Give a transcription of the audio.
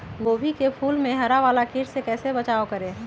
गोभी के फूल मे हरा वाला कीट से कैसे बचाब करें?